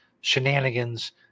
shenanigans